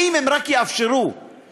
האם הם רק יאפשרו לקבוצות